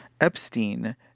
Epstein